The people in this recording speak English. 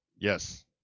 yes